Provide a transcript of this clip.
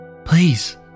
Please